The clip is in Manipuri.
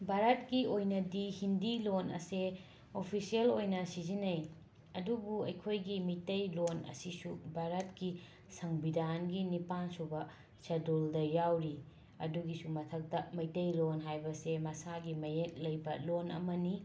ꯕꯥꯔꯠꯀꯤ ꯑꯣꯏꯅꯗꯤ ꯍꯤꯟꯗꯤ ꯂꯣꯟ ꯑꯁꯦ ꯑꯣꯐꯤꯁ꯭ꯌꯦꯜ ꯑꯣꯏꯅ ꯁꯤꯖꯤꯟꯅꯩ ꯑꯗꯨꯕ ꯑꯩꯈꯣꯏꯒꯤ ꯃꯤꯇꯩꯂꯣꯟ ꯑꯁꯤꯁꯨ ꯕꯥꯔꯠꯀꯤ ꯁꯪꯕꯤꯗꯥꯟꯒꯤ ꯅꯤꯄꯥꯟ ꯁꯨꯕ ꯁꯦꯗꯨꯜꯗ ꯌꯥꯎꯔꯤ ꯑꯗꯨꯒꯤꯁꯨ ꯃꯊꯛꯇ ꯃꯩꯇꯩꯂꯣꯟ ꯍꯥꯏꯕꯁꯦ ꯃꯁꯥꯒꯤ ꯃꯌꯦꯛ ꯂꯩꯕ ꯂꯣꯟ ꯑꯃꯅꯤ